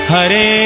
Hare